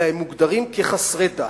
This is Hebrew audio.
אלא הם מוגדרים כחסרי דת,